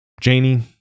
Janie